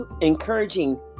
encouraging